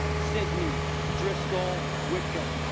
sydney driscoll wickham